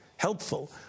helpful